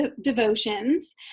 devotions